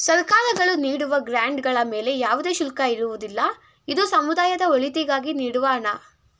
ಸರ್ಕಾರಗಳು ನೀಡುವ ಗ್ರಾಂಡ್ ಗಳ ಮೇಲೆ ಯಾವುದೇ ಶುಲ್ಕ ಇರುವುದಿಲ್ಲ, ಇದು ಸಮುದಾಯದ ಒಳಿತಿಗಾಗಿ ನೀಡುವ ಹಣ